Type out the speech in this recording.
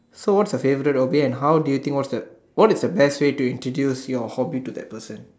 so what's your favorite o B and how do you think what's the what is the best way to introduce your hobby to that person